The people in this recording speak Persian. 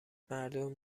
مردم